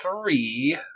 three